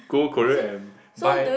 go Korea and buy